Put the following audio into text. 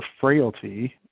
frailty